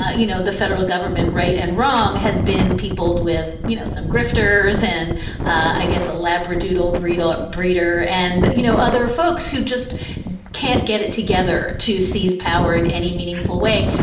ah you know, the federal government, right and wrong, has been peopled with, you know, some grifters and i guess a labradoodle brittle breeder and, you know, other folks who just can't get it together to seize power in any meaningful way.